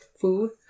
food